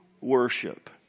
worship